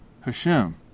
Hashem